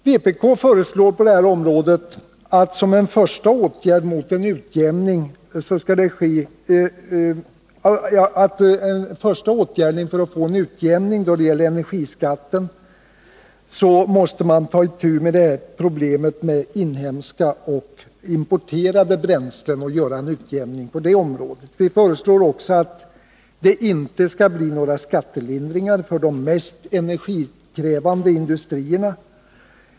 Vpk:s förslag för att få en utjämning av energiskatten går ut på att ta itu med problemet med inhemska och importerade bränslen. Vi föreslår också att det inte skall bli några skattelindringar för de mest energikrävande industrierna.